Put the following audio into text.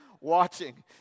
watching